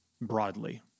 broadly